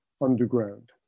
underground